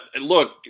look